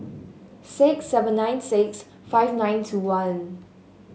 six seven nine six five nine two one